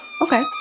okay